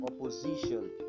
opposition